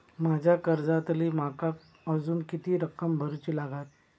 माझ्या कर्जातली माका अजून किती रक्कम भरुची लागात?